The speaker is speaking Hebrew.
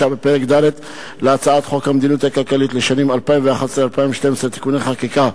בפרק ד' להצעת חוק המדיניות הכלכלית לשנים 2011 ו-2012 (תיקוני חקיקה),